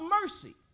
mercy